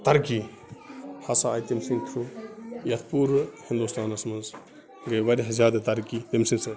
ترقی ہسا آیہِ تٔمۍ سٕنٛدۍ تھرٛوٗ یَتھ پوٗرٕ ہِنٛدوستانَس منٛز گٔے واریاہ زیادٕ ترقی تٔمۍ سٕنٛدۍ سۭتۍ